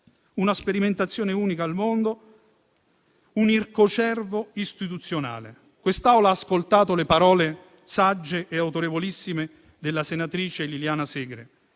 una sperimentazione unica al mondo, un ircocervo istituzionale. Quest'Aula ha ascoltato le parole sagge e autorevolissime della senatrice Liliana Segre